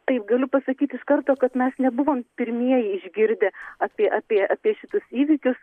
taip galiu pasakyti iš karto kad mes nebuvom pirmieji išgirdę apie apie šitus įvykius